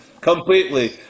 completely